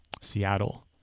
Seattle